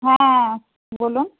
হ্যাঁ বলুন